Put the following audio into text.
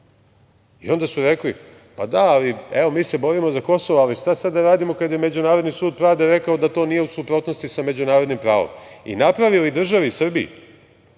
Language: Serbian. Onda su rekli - pa da, evo, mi se borimo za Kosovo, ali šta sada da radimo kada je Međunarodni sud pravde rekao da to nije u suprotnosti sa međunarodnim pravom i napravili državi Srbiji,